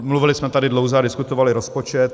Mluvili jsme tady dlouze a diskutovali rozpočet.